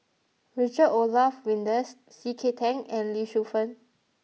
Richard Olaf Winstedt C K Tang and Lee Shu Fen